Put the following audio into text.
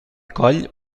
coll